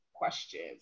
questions